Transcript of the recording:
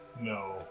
No